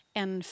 en